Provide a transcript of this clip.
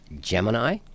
Gemini